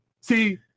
See